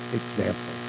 example